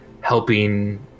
helping